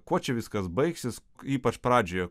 kuo čia viskas baigsis ypač pradžioje